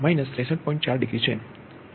4 degree છે